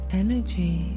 energy